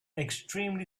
extremely